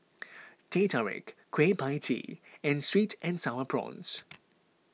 Teh Tarik Kueh Pie Tee and Sweet and Sour Prawns